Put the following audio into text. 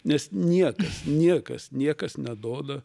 nes niekas niekas niekas nedoda